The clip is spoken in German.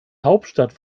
hauptstadt